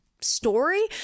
story